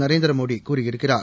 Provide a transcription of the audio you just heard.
நரேந்திர மோடி கூறியிருக்கிறார்